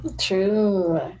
True